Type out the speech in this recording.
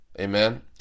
Amen